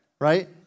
right